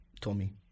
Tommy